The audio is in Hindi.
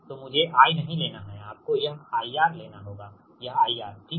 तो मुझे I नहीं लेना है आपको यह IR लेना होगा यह IR ठीक है